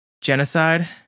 Genocide